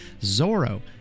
Zorro